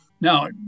Now